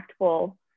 impactful